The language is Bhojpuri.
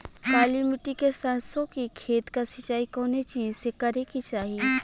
काली मिट्टी के सरसों के खेत क सिंचाई कवने चीज़से करेके चाही?